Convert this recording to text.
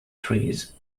trees